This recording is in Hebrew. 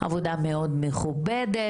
עבודה מאוד מכובדת,